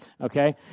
okay